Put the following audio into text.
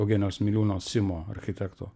eugenijaus miliūno simo architekto